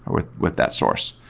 with with that source?